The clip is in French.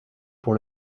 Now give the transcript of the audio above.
pour